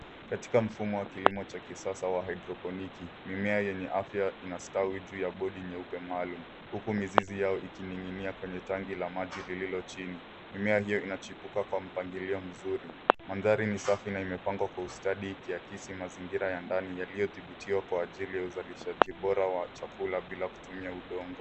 Katika mfumo wa kilimo cha kisasa cha haidroponiki, mimea yenye afya inastawi juu ya bodi nyeupe maalum, huku mizizi yao ikining'inia kwenye tanki la maji lililochimbwa. Mimea hiyo inachipuka kwa mpangilio mzuri. Mandhari ni safi na imepangwa kwa ustadi ikiakisi mazingira ya ndani yaliyodhibitiwa kwa ajili ya uzalishaji bora wa chakula bila kutumia udongo.